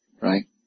right